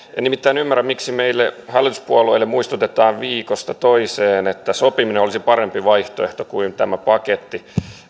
en nimittäin ymmärrä miksi meille hallituspuolueille muistutetaan viikosta toiseen että sopiminen olisi parempi vaihtoehto kuin tämä paketti